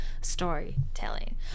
storytelling